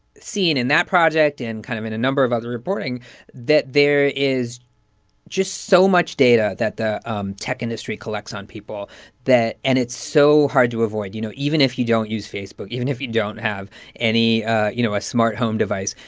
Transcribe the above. seen in that project, in kind of in a number of other reporting that there is just so much data that the um tech industry collects on people that and it's so hard to avoid, you know? even if you don't use facebook, even if you don't have any you know, a smart home device,